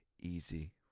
easy